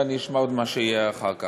ואני אשמע עוד מה שיהיה אחר כך.